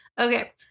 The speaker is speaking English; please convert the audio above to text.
okay